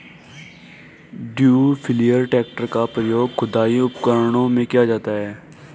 to wheeler tractor का प्रयोग खुदाई उपकरणों में किया जाता हैं